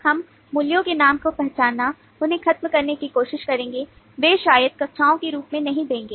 हम मूल्यों के नामों को पहचानने उन्हें खत्म करने की कोशिश करेंगे वे शायद कक्षाओं के रूप में नहीं देंगे